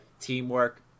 teamwork